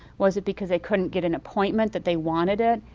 was it because they couldn't get an appointment that they wanted it?